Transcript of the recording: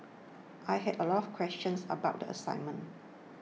I had a lot of questions about the assignment